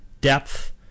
Depth